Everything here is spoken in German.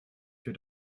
für